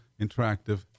interactive